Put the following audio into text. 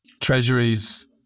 Treasuries